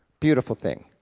beautiful thing.